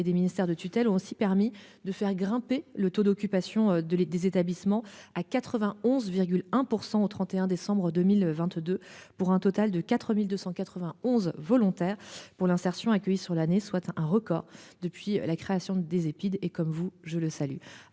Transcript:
et des ministères de tutelle ont aussi permis de faire grimper le taux d'occupation de l'des établissements à 91,1% au 31 décembre 2022 pour un total de 4291 volontaire pour l'insertion accueillis sur l'année, soit un record depuis la création des Epide et comme vous je le salue